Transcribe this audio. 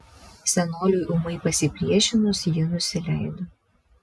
senoliui ūmai pasipriešinus ji nusileido